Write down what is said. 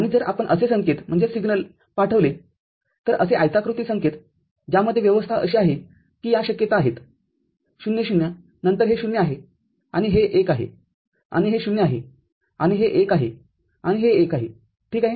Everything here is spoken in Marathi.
आणि जर आपण असे संकेत पाठवले तर असे आयताकृती संकेत ज्यामध्ये व्यवस्था अशी आहे की या शक्यता आहेत ० ० नंतर हे ० आहेआणि हे १ आहेआणि हे ० आहेआणि हे १ आहेआणि हे १ आहे ठीक आहे